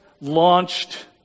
launched